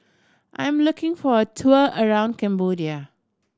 I'm looking for a tour around Cambodia